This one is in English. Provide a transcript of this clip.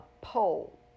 pole